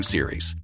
Series